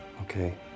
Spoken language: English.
Okay